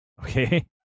Okay